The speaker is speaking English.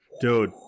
Dude